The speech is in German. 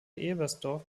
ebersdorf